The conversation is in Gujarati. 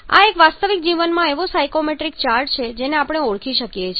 આ એક વાસ્તવિક જીવનમાં એવો સાયકોમેટ્રિક ચાર્ટ છે જેને આપણે ઓળખી શકીએ છીએ